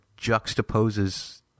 juxtaposes